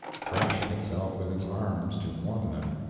thrashing itself with its arms to warm them.